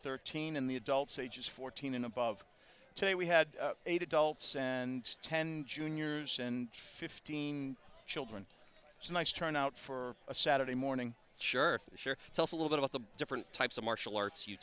thirteen in the adults ages fourteen and above today we had eight adults and ten juniors and fifteen children so nice turnout for a saturday morning sure sure it's a little bit about the different types of martial arts you